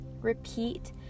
Repeat